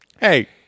Hey